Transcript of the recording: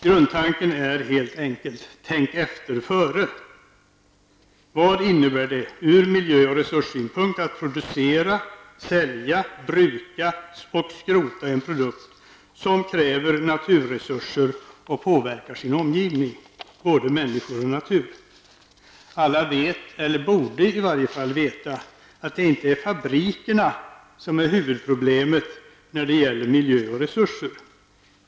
Grundtanken är helt enkelt: tänk efter före. Vad innebär det ur miljö och resurssynpunkt att producera, sälja, bruka och skrota en produkt som kräver naturresurser och påverkar sin omgivning -- både människor och natur? Alla vet, eller borde i varje fall veta, att det inte är fabrikerna som är huvudproblemet när det gäller miljö och resurser.